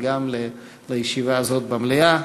וגם לישיבה הזאת במליאה.